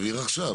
תבהיר עכשיו.